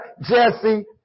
Jesse